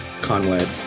Conway